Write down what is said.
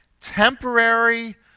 temporary